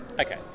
Okay